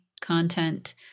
content